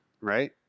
right